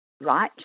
right